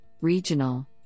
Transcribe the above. regional